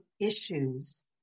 issues